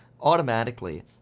automatically